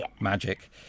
magic